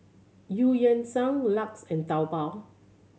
Eu Yan Sang LUX and Taobao